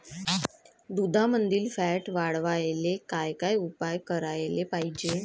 दुधामंदील फॅट वाढवायले काय काय उपाय करायले पाहिजे?